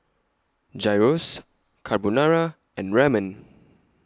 Gyros Carbonara and Ramen